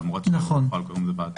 נכון.